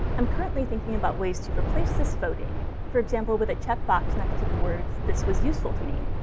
i'm currently thinking about ways to replace this voting for example, with a checkbox next to the words, this was useful to me,